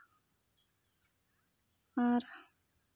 ᱟᱨ